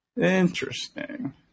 Interesting